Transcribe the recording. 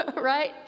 right